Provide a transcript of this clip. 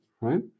right